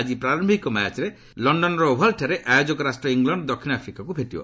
ଆଜି ପ୍ରାରୟିକ ମ୍ୟାଚ୍ରେ ଲଣ୍ଡନର ଓଭାଲ୍ଠାରେ ଆୟୋଜକ ରାଷ୍ଟ୍ର ଇଂଲଣ୍ଡ ଦକ୍ଷିଣ ଆଫ୍ରିକାକୃ ଭେଟିବ